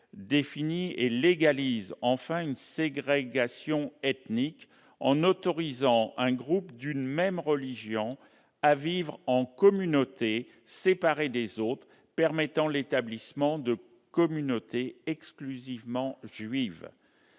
définit et légalise une ségrégation ethnique en autorisant un groupe d'une même religion à vivre en communauté, séparé des autres. Cette mesure permet l'établissement de communautés exclusivement juives.